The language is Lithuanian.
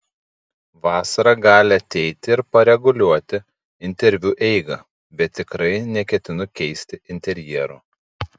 vasara gali ateiti ir pareguliuoti interviu eigą bet tikrai neketinu keisti interjero